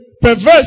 perverse